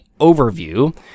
overview